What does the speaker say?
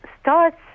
starts